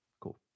Cool